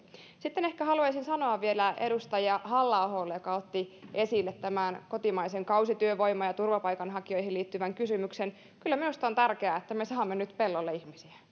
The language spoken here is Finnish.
sitten haluaisin sanoa vielä edustaja halla aholle joka otti esille tämän kotimaisen kausityövoiman ja turvapaikanhakijoihin liittyvän kysymyksen kyllä minusta on tärkeää että me saamme nyt pellolle ihmisiä